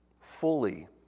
Fully